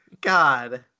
god